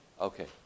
okay